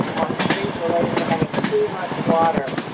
and things related to having too much water.